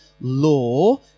law